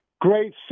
Great